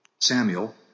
Samuel